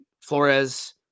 Flores